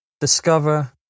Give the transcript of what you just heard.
discover